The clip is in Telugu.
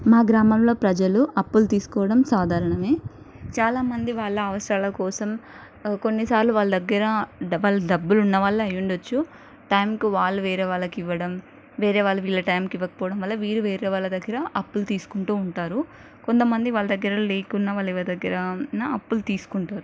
మా గ్రామంలో ప్రజలు అప్పులు తీసుకోవడం సాధారణమే చాలా మంది వాళ్ళ అవసరాల కోసం కొన్ని సార్లు వాళ్ళ దగ్గర వాళ్ళు డబ్బులున్న వాళ్ళే అయి ఉండొచ్చు టైమ్కు వాళ్ళు వేరే వాళ్ళకు ఇవ్వడం వేరే వాళ్ళు వీళ్ళ టైంకి ఇవ్వకపోవడం వల్ల వీరు వేరే వాళ్ళ దగ్గర అప్పులు తీసుకుంటూ ఉంటారు కొంతమంది వాళ్ళ దగ్గర లేకున్నా వాళ్ళు ఎవరి దగ్గరన్నా అప్పులు తీసుకుంటారు